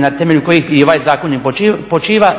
na temelju kojih i ovaj zakon počiva